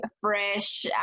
fresh